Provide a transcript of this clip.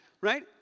Right